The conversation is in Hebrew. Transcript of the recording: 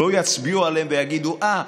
לא יצביעו עליהם ויגידו: אה,